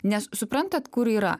nes suprantat kur yra